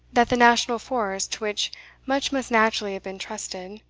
that the national force, to which much must naturally have been trusted,